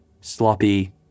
sloppy